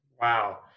wow